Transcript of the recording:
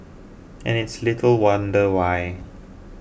and it's little wonder why